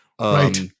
Right